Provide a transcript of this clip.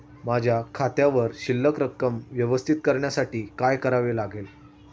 माझ्या खात्यावर शिल्लक रक्कम व्यवस्थापित करण्यासाठी काय करावे लागेल?